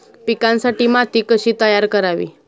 पिकांसाठी माती कशी तयार करावी?